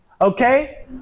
okay